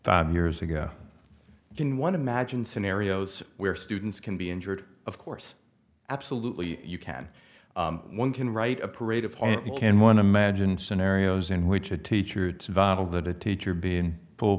five years ago in one of magine scenarios where students can be injured of course absolutely you can one can write a parade of you can one imagine scenarios in which a teacher it's vital that a teacher be in full